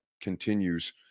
continues